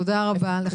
תודה רבה לך.